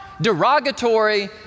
derogatory